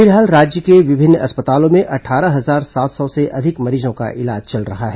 फिलहाल राज्य के विभिन्न अस्पतालों में अट्ठारह हजार सात सौ से अधिक मरीजों का इलाज चल रहा है